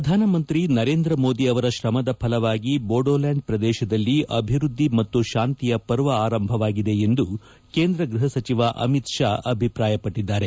ಪ್ರಧಾನಮಂತ್ರಿ ನರೇಂದ್ರ ಮೋದಿ ಅವರ ಶ್ರಮದ ಫಲವಾಗಿ ಬೋಡೋಲ್ಕಾಂಡ್ ಪ್ರದೇಶದಲ್ಲಿ ಅಭಿವೃದ್ಧಿ ಮತ್ತು ತಾಂತಿಯ ಪರ್ವ ಆರಂಭವಾಗಿದೆ ಎಂದು ಕೇಂದ್ರ ಗೃಪ ಸಚಿವ ಅಮಿತ್ ಶಾ ಅಭಿಪ್ರಾಯಪಟ್ಟದ್ದಾರೆ